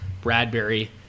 bradbury